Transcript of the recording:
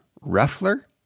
Ruffler